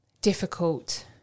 difficult